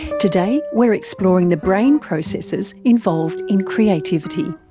today we're exploring the brain processes involved in creativity.